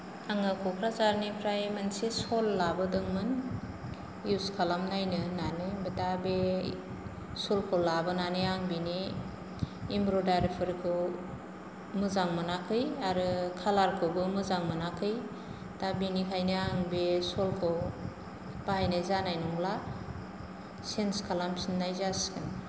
आङो कक्राझारनिफ्राय मोनसे शल लाबोदोंमोन इउज खालामनायनो होन्नानै दा बे शलखौ लाबोनानै आं बेनि एमब्रयदारिफोरखौ मोजां मोनाखै आरो खालारखौबो मोजां मोनाखै दा बेनिखायनो आं बे शलखौ बाहायनाय जानाय नंला सेन्ज खालामफिन्नाय जासिगोन